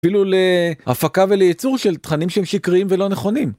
אפילו להפקה ולייצור של תכנים שהם שקריים ולא נכונים.